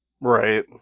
Right